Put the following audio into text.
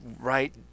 right